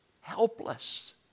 Helpless